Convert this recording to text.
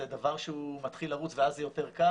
זה דבר שהוא מתחיל לרוץ ואז זה יהיה יותר קל.